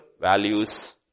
values